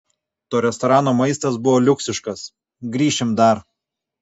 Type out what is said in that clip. to restorano maistas buvo liuksiškas grįšim dar